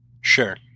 Sure